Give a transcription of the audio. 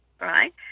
right